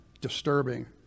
disturbing